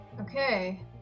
Okay